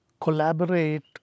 collaborate